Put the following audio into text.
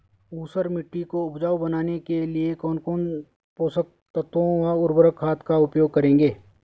ऊसर मिट्टी को उपजाऊ बनाने के लिए कौन कौन पोषक तत्वों व उर्वरक खाद का उपयोग करेंगे?